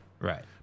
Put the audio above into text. Right